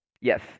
Yes